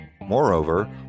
Moreover